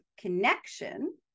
connection